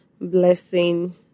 blessing